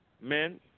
men